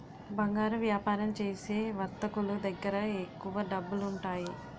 బంగారు వ్యాపారం చేసే వర్తకులు దగ్గర ఎక్కువ డబ్బులుంటాయి